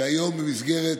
שהיום, במסגרת